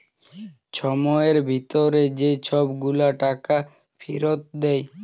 ছময়ের ভিতরে যে ছব গুলা টাকা ফিরত দেয়